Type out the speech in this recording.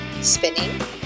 Spinning